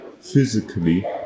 physically